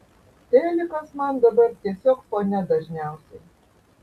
telikas man dabar tiesiog fone dažniausiai